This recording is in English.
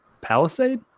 Palisade